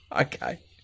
Okay